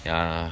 yeah